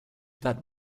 that